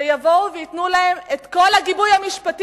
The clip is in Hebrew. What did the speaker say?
שיבואו וייתנו להן את כל הגיבוי המשפטי